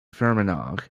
fermanagh